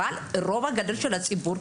אבל הרוב הגדול של הציבור,